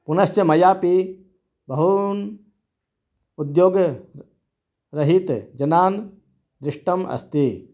पुनश्च मयापि बहून् उद्योगरहितजनान् दृष्तम् अस्ति